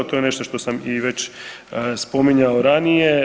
To je nešto što sam i već spominjao ranije.